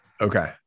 Okay